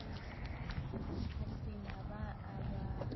Hanu tuyiina aba- aba-